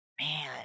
Man